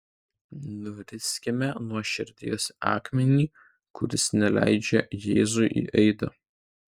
nuriskime nuo širdies akmenį kuris neleidžia jėzui įeiti